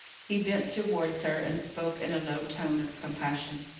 he bent towards her, and spoke in a low tone of compassion.